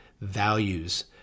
values